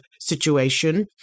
situation